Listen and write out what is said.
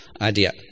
idea